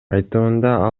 айтымында